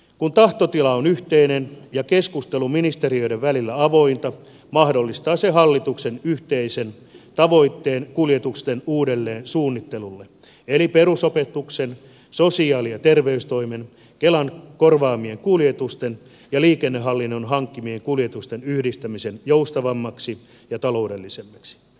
kun tahtotila on yhteinen ja keskustelu ministeriöiden välillä avointa mahdollistaa se hallituksen yhteisen tavoitteen kuljetusten uudelleensuunnittelulle eli perusopetuksen sosiaali ja terveystoimen kelan korvaamien kuljetusten ja liikennehallinnon hankkimien kuljetusten yhdistämisen joustavammiksi ja taloudellisemmiksi palvelukokonaisuuksiksi